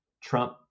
Trump